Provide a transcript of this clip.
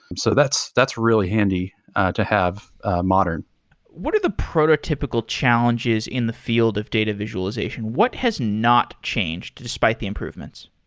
so that's that's really handy to have modern what are the prototypical challenges in the field of data visualization? what has not changed, despite the improvements?